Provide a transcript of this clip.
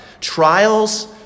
Trials